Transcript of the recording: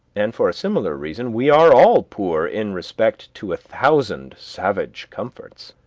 and for a similar reason we are all poor in respect to a thousand savage comforts,